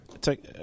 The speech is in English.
take